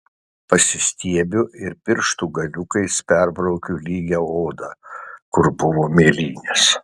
pasistiebiu ir pirštų galiukais perbraukiu lygią odą kur buvo mėlynės